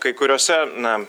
kai kuriose na